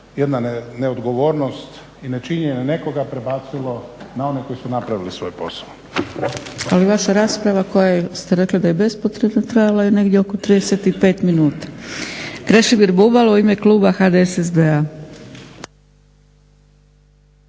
jedna neodgovornost i nečinjenje nekoga prebacilo na one koji su napravili svoj posao. **Zgrebec, Dragica (SDP)** Ali vaša rasprava koja ste rekli da je bespotrebna trajala negdje oko 35 minuta. Krešimir Bubalo u ime kluba HDSSB-a.